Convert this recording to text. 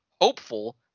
hopeful